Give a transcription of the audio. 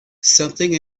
something